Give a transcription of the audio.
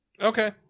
Okay